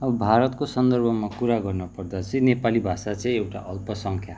अब भारतको सन्दर्भमा कुरा गर्नुपर्दा चाहिँ नेपाली भाषा चाहिँ एउटा अल्पसङ्ख्या